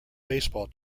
baseball